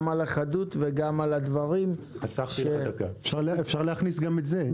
גם על החדות וגם על הדברים -- אפשר להכניס גם את זה.